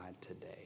today